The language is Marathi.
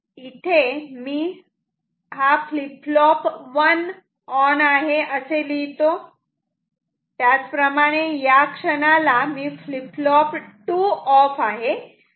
इथे मी FF1 ऑन असे लिहितो आणि या क्षणाला FF2 ऑफ आहे